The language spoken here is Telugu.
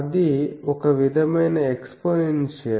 అది ఒక విధమైన ఎక్స్పోనెన్షియల్